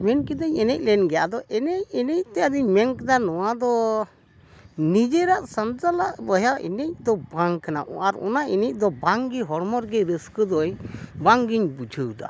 ᱢᱮᱱ ᱠᱮᱫᱠᱟᱹᱧ ᱮᱱᱮᱡ ᱞᱮᱱ ᱜᱮᱭᱟ ᱟᱫᱚ ᱮᱱᱮᱡ ᱮᱱᱮᱡᱛᱮ ᱟᱫᱚᱧ ᱢᱮᱱ ᱠᱮᱫᱟ ᱱᱚᱣᱟ ᱫᱚ ᱱᱤᱡᱮᱨᱟᱜ ᱥᱟᱱᱛᱟᱞᱟᱜ ᱵᱚᱭᱦᱟ ᱮᱱᱮᱡ ᱫᱚ ᱵᱟᱝ ᱠᱟᱱᱟ ᱟᱨ ᱚᱱᱟ ᱮᱱᱮᱡ ᱫᱚ ᱵᱟᱝᱜᱮ ᱦᱚᱲᱢᱚ ᱨᱮᱜᱮ ᱨᱟᱹᱥᱠᱟᱹ ᱫᱚ ᱵᱟᱝᱜᱤᱧ ᱵᱩᱡᱷᱟᱹᱣ ᱫᱟ